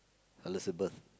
Elizabeth